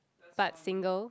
but single